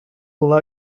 will